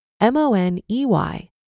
M-O-N-E-Y